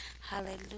Hallelujah